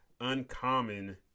uncommon